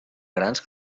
grans